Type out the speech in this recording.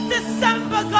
December